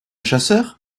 chasseur